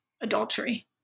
adultery